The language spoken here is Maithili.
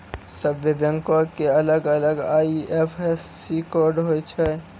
सभ्भे बैंको के अलग अलग आई.एफ.एस.सी कोड होय छै